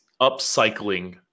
upcycling